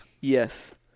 Yes